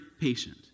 patient